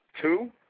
Two